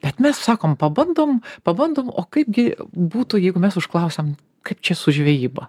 bet mes sakom pabandom pabandom o kaipgi būtų jeigu mes užklausiam kaip čia su žvejyba